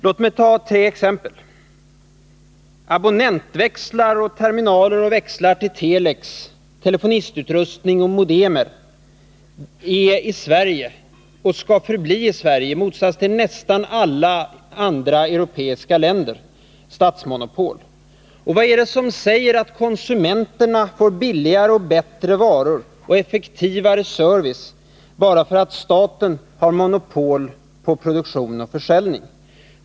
Låt mig ta tre exempel. Abonnentväxlar, terminaler och växlar till telex, telefonistutrustning och modemer är och skall förbli statsmonopol här i Sverige i motsats till vad som är fallet i nästan alla andra europeiska länder. Vad är det som säger att konsumenterna får billigare och bättre varor och effektivare service bara därför att staten har monopol på produktion och försäljning?